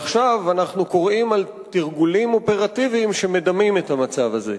ועכשיו אנחנו קוראים על תרגולים אופרטיביים שמדמים את המצב הזה.